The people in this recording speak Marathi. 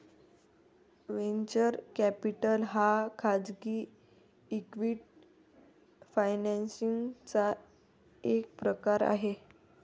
वेंचर कॅपिटल हा खाजगी इक्विटी फायनान्सिंग चा एक प्रकार आहे